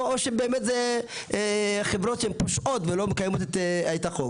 או שאלה הן חברות שבאמת פושעות ולא מקיימות החוק.